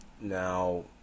Now